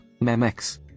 Memex